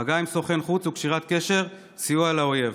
מגע עם סוכן חוץ וקשירת קשר לסיוע לאויב.